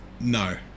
No